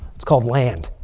it's called land.